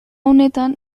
honetan